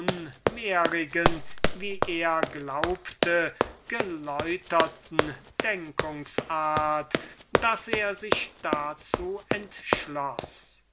wie er glaubte geläuterten denkungs-art daß er sich dazu entschloß